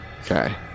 Okay